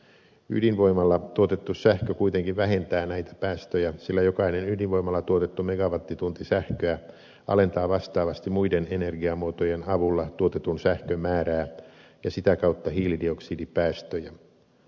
ydinvoimalla tuotettu sähkö kuitenkin vähentää näitä päästöjä sillä jokainen ydinvoimalla tuotettu megawattitunti sähköä alentaa vastaavasti muiden energiamuotojen avulla tuotetun sähkön määrää ja sitä kautta hiilidioksidipäästöjä